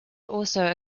also